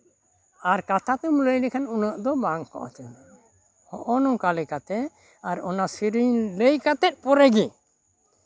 ᱟᱨ ᱠᱟᱛᱷᱟ ᱛᱮᱢ ᱞᱟᱹᱭ ᱞᱮᱠᱷᱟᱱ ᱩᱱᱟᱹᱜ ᱫᱚ ᱵᱟᱝ ᱠᱚ ᱟᱛᱮᱱᱟ ᱦᱚᱸᱜᱼᱚ ᱱᱚᱝᱠᱟ ᱞᱮᱠᱟᱛᱮ ᱟᱨ ᱚᱱᱟ ᱥᱮᱨᱮᱧ ᱞᱟᱹᱭ ᱠᱟᱛᱮᱫ ᱯᱚᱨᱮᱜᱮ